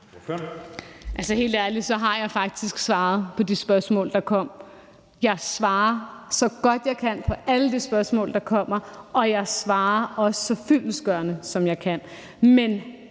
Helt ærligt har jeg faktisk svaret på de spørgsmål, der kom. Jeg svarer, så godt jeg kan, på alle de spørgsmål, der kommer, og jeg svarer også så fyldestgørende, som jeg kan.